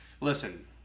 Listen